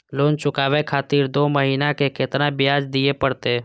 Loan चुकाबे खातिर दो महीना के केतना ब्याज दिये परतें?